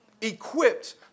equipped